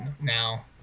now